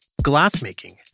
Glassmaking